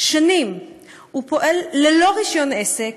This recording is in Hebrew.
שנים הוא פועל ללא רישיון עסק,